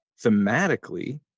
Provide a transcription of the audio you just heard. thematically